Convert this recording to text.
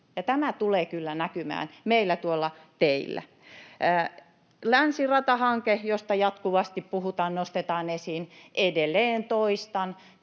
tämä tulee kyllä meillä näkymään tuolla teillä. Länsiratahanke, josta jatkuvasti puhutaan, nostetaan esiin. Edelleen toistan: